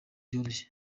ryoroshye